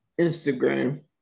Instagram